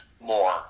more